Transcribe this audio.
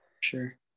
Sure